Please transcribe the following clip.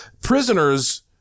prisoners